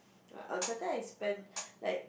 on Saturday I spend like